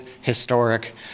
historic